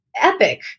epic